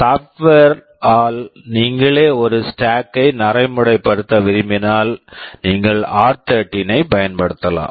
software software ஆல் நீங்களே ஒரு ஸ்டேக் stack க்கை நடைமுறைப்படுத்த விரும்பினால் நீங்கள் ஆர்13 r13 ஐப் பயன்படுத்தலாம்